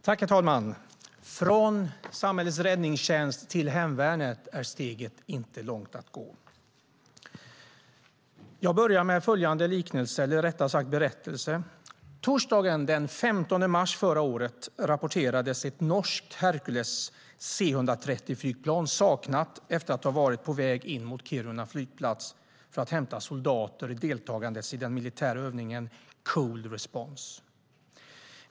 Herr talman! Från samhällets räddningstjänst till hemvärnet är steget inte långt att gå. Jag börjar med följande berättelse. Torsdagen den 15 mars förra året rapporterades ett norskt Hercules C130-flygplan saknat efter att ha varit på väg in mot Kiruna flygplats för att hämta soldater deltagandes i den militära övningen Cold Response.